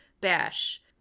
Bash